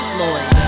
Lloyd